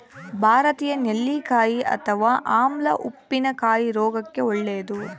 ಭಾರತೀಯ ನೆಲ್ಲಿಕಾಯಿ ಅಥವಾ ಆಮ್ಲ ಉಪ್ಪಿನಕಾಯಿ ಆರೋಗ್ಯಕ್ಕೆ ಒಳ್ಳೇದು